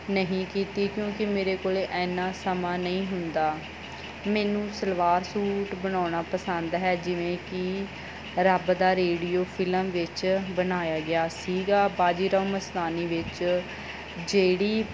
ਨਹੀਂ ਕੀਤੀ ਕਿਉਂਕਿ ਮੇਰੇ ਕੋਲੇ ਇੰਨਾਂ ਸਮਾਂ ਨਹੀਂ ਹੁੰਦਾ ਮੈਨੂੰ ਸਲਵਾਰ ਸੂਟ ਬਣਾਉਣਾ ਪਸੰਦ ਹੈ ਜਿਵੇਂ ਕਿ ਰੱਬ ਦਾ ਰੇਡੀਓ ਫਿਲਮ ਵਿੱਚ ਬਣਾਇਆ ਗਿਆ ਸੀਗਾ ਬਾਜੀਰਾਓ ਮਸਤਾਨੀ ਵਿੱਚ ਜਿਹੜੀ